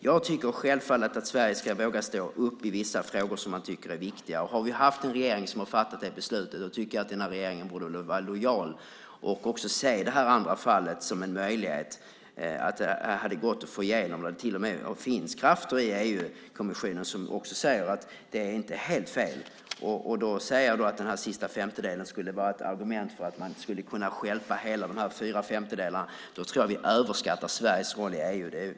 Jag tycker självfallet att Sverige ska våga stå upp i vissa frågor som man tycker är viktiga. När vi har haft en regering som har fattat ett beslut tycker jag att denna regering borde vara lojal och se det här andra fallet som en möjlighet, att det till och med hade gått att få igenom det. Det finns krafter i EU-kommissionen som ser att det inte är helt fel. Om vi säger att den sista femtedelen är ett argument för att man skulle kunna stjälpa de fyra femtedelarna tror jag att vi överskattar Sveriges roll i EU.